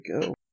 go